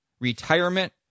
Retirement